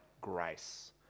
grace